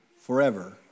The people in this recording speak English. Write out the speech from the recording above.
forever